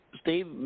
Steve